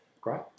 Great